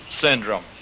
syndrome